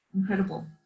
Incredible